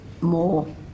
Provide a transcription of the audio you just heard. more